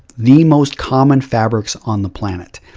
the most common fabrics on the planet.